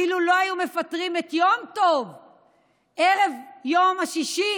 אילו לא היו מפטרים את יום טוב ערב יום שישי,